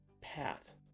path